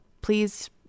please